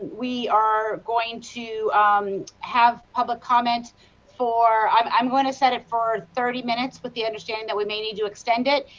we are going to um have public comment for, i'm i'm going to set it for thirty minutes, with the understanding we may need to extend it,